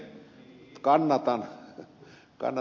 kannatan ed